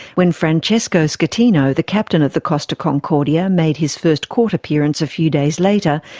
when francesco so schettino, the captain of the costa concordia, made his first court appearance a few days later,